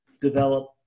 develop